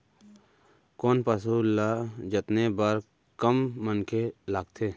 कोन पसु ल जतने बर कम मनखे लागथे?